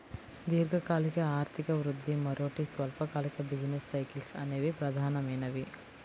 దీర్ఘకాలిక ఆర్థిక వృద్ధి, మరోటి స్వల్పకాలిక బిజినెస్ సైకిల్స్ అనేవి ప్రధానమైనవి